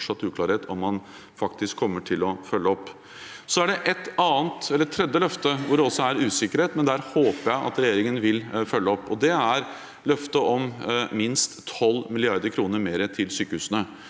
og det er det fortsatt uklart om man faktisk kommer til å følge opp. Så er det et tredje løfte hvor det også er usikkerhet, men der jeg håper at regjeringen vil følge opp. Det er løftet om minst 12 mrd. kr mer til sykehusene.